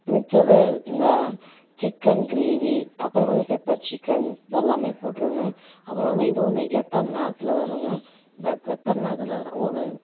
மிச்சதை இந்த chicken gravy அப்புறம் வந்து பெப்பர் சிக்கன் இதெல்லாம் போட்டுருங்க அப்புறம் வந்து இது வந்து எத்தனை நேரத்தில் வரும்ங்க எத்தனை நேரத்துலேனா ஒரு